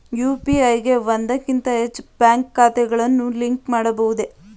UPI ಗೆ ಒಂದಕ್ಕಿಂತ ಹೆಚ್ಚು ಬ್ಯಾಂಕ್ ಖಾತೆಗಳನ್ನು ಲಿಂಕ್ ಮಾಡಬಹುದೇ?